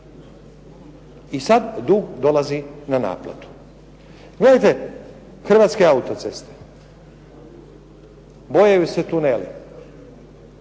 I sad dug dolazi na naplatu. Gledajte, Hrvatske autoceste, bojaju se tuneli.